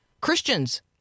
Christians